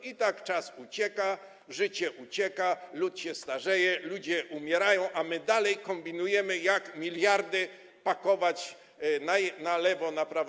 I tak czas ucieka, życie ucieka, lud się starzeje, ludzie umierają, a my dalej kombinujemy, jak miliardy pakować na lewo, na prawo.